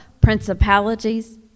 principalities